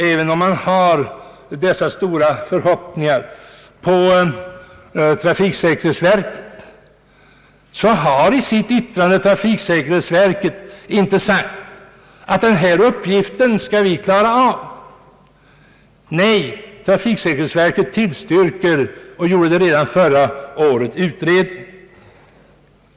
Även om man har mycket stora förhoppningar på trafiksäkerhetsverket har verket i sitt yttrande inte sagt att man skall klara av denna uppgift. Nej, trafiksäkerhetsverket tillstyrker utredning — och gjorde det redan förra året.